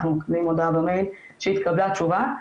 אנחנו מקבלים הודעה במייל שהתקבלה תשובה,